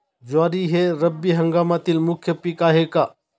ज्वारी हे रब्बी हंगामातील मुख्य पीक आहे का?